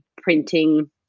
printing